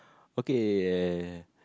okay